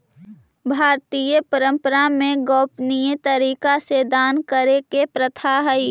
भारतीय परंपरा में गोपनीय तरीका से दान करे के प्रथा हई